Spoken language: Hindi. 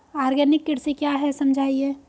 आर्गेनिक कृषि क्या है समझाइए?